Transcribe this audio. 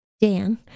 Dan